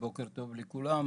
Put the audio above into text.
בוקר טוב לכולם.